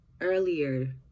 earlier